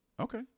Okay